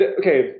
okay